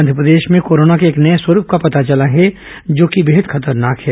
आंधप्रदेश में कोरोना के एक नये स्वरूप का पता चला है जो कि बेहद खतरनाक है